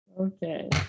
Okay